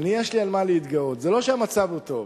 יש לי על מה להתגאות, זה לא שהמצב הוא טוב,